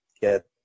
get